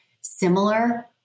similar